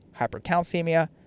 hypercalcemia